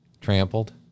trampled